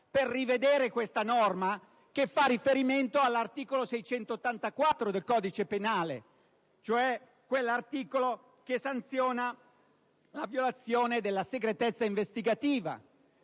per rivedere questa norma che fa riferimento all'articolo 684 del codice penale che sanziona la violazione della segretezza investigativa,